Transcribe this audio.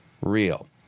real